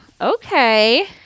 Okay